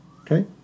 Okay